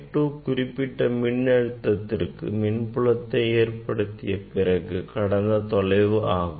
Y2 குறிப்பிட்ட மின்னழுத்த்திற்கு மின் புலத்தை ஏற்படுத்திய பிறகு கடந்த தொலைவு ஆகும்